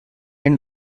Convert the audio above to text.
and